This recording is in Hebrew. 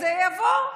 זה יבוא?